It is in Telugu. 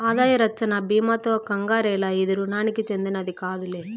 ఆదాయ రచ్చన బీమాతో కంగారేల, ఇది రుణానికి చెందినది కాదులే